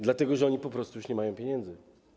Dlatego że oni po prostu już nie mają pieniędzy.